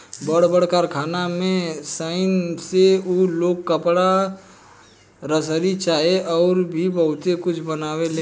बड़ बड़ कारखाना में सनइ से उ लोग कपड़ा, रसरी चाहे अउर भी बहुते कुछ बनावेलन